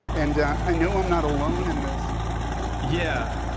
and i know i'm not alone in this it's been yeah.